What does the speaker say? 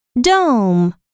Dome